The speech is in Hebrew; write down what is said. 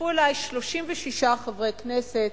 הצטרפו אלי 36 חברי כנסת,